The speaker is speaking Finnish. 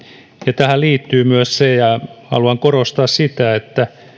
ja tähän liittyy myös se ja haluan korostaa sitä että